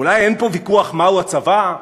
אולי אין פה ויכוח מהו הצבא,